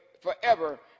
forever